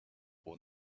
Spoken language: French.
aux